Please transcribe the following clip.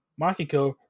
Makiko